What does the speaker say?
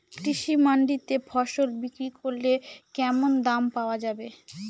কৃষি মান্ডিতে ফসল বিক্রি করলে কেমন দাম পাওয়া যাবে?